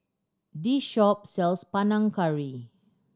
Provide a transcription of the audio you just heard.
this shop sells Panang Curry